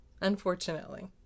unfortunately